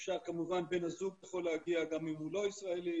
כמובן בן הזוג יכול להגיע גם אם הוא לא ישראלי,